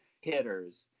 hitters